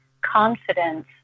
confidence